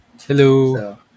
Hello